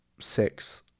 six